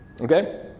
Okay